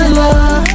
love